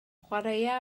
chwaraea